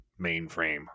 mainframe